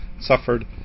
suffered